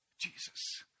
jesus